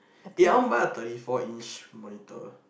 eh I want buy a thirty four inch monitor